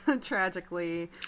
tragically